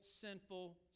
sinful